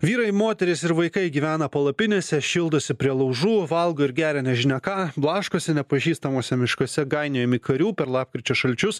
vyrai moterys ir vaikai gyvena palapinėse šildosi prie laužų valgo ir geria nežinia ką blaškosi nepažįstamuose miškuose gainiojami karių per lapkričio šalčius